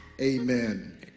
Amen